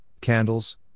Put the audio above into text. candles